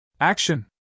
Action